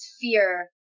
fear